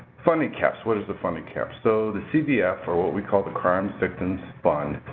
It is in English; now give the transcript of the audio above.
funding caps. what is the funding caps? so the cvf, or what we call the crime victims fund,